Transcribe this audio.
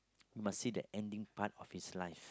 must see the ending part of his life